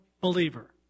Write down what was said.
believer